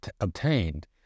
obtained